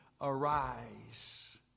arise